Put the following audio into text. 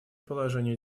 положение